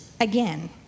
again